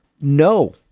No